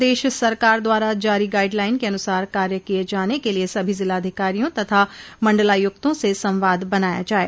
प्रदेश सरकार द्वारा जारी गाइडलाइन के अनुसार कार्य किये जाने के लिए सभी जिलाधिकारियों तथा मण्डलायुक्तों से संवाद बनाया जाये